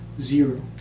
Zero